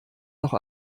noch